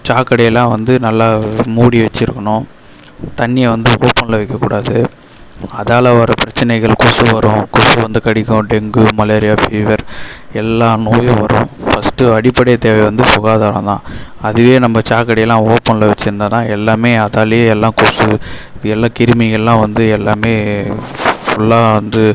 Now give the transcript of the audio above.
சாக்கடைலாம் வந்து நல்லா மூடி வச்சுருக்கணும் தண்ணியை வந்து ஓப்பனில் வைக்கக்கூடாது அதால வர்ற பிரச்சனைகள் கொசு வரும் கொசு வந்து கடிக்கும் டெங்கு மலேரியா ஃபீவர் எல்லா நோயும் வரும் ஃபர்ஸ்ட்டு அடிப்படைத் தேவை வந்து சுகாதாரம் தான் அதுவே நம்ப சாக்கடைலாம் ஓப்பனில் வச்சுருந்தோன்னா எல்லாமே அதாலே எல்லாம் கொசு எல்லாம் கிருமிகள்லாம் வந்து எல்லாமே ஃபுல்லாக வந்து